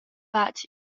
fatg